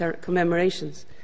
commemorations